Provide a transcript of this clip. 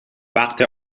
وقت